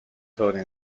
sobre